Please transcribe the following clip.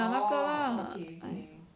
orh okay okay